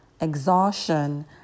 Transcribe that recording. exhaustion